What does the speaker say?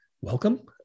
welcome